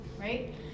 right